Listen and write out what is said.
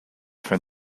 from